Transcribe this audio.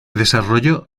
desarrolló